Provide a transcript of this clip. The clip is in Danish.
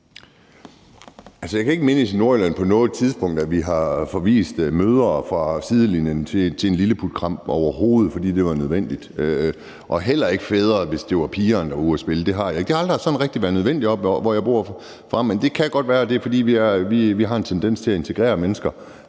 på noget tidspunkt har forvist mødre fra sidelinjen til en lilleputkamp, fordi det var nødvendigt, overhovedet ikke, og heller ikke fædre, hvis det var pigerne, der var ude at spille – det kan jeg ikke mindes. Det har aldrig sådan rigtig været nødvendigt oppe, hvor jeg bor. Men det kan godt være, at det er, fordi vi har en tendens til at integrere mennesker